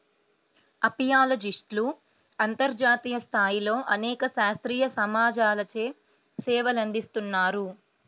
అపియాలజిస్ట్లు అంతర్జాతీయ స్థాయిలో అనేక శాస్త్రీయ సమాజాలచే సేవలందిస్తున్నారు